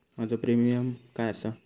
माझो प्रीमियम काय आसा?